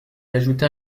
ajoutait